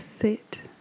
Sit